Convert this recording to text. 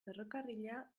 ferrokarrila